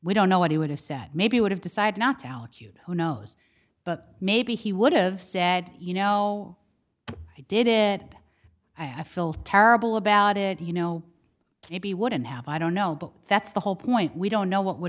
we don't know what he would have said maybe would have decide not to allocute who knows but maybe he would have said you know i did it i feel terrible about it you know maybe what and how i don't know but that's the whole point we don't know what would